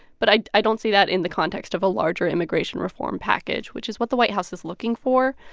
but i i don't see that in the context of a larger immigration reform package, which is what the white house is looking for.